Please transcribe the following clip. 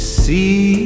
see